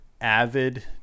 avid